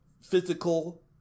physical